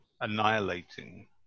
annihilating